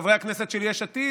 חברי הכנסת של יש עתיד,